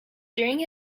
during